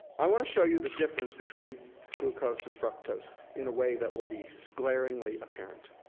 i wanna show you the difference between glucose and fructose in a way that will be glaringly apparent.